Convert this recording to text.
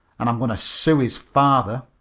an' i'm goin' to sue his father.